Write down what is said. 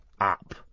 up